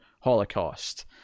holocaust